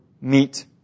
meet